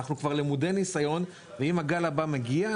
אנחנו כבר למודי ניסיון ואם הגל הבא מגיע,